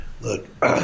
Look